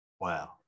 Wow